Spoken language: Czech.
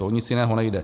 O nic jiného nejde.